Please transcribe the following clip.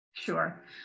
Sure